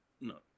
No